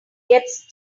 gets